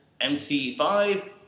MC5